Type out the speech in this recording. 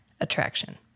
attraction